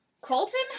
Colton